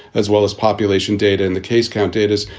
as well as population data in the case count datas.